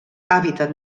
hàbitat